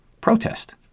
protest